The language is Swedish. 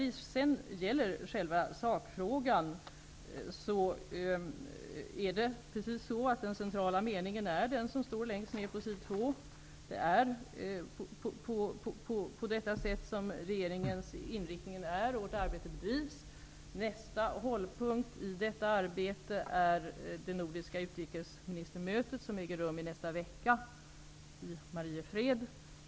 Vidare har vi själva sakfrågan. Den centrala meningen är den jag gav i mitt svar, nämligen att regeringen är pådrivande i sitt arbete. Nästa hållpunkt i detta arbete är det nordiska utrikesministermötet, som äger rum i nästa vecka i Mariefred.